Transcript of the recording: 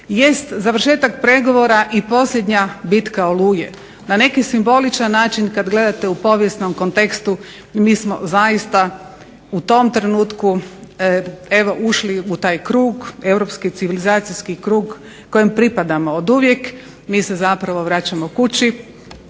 jest završetak pregovora i posljednja bika u oluji. Na neki simboličan način kada gledate u povijesnom kontekstu mi smo zaista u tom trenutku evo ušli u taj krug europski civilizacijski krug kojem pripadamo od uvijek. Mi se za pravo vraćamo kući.